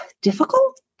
difficult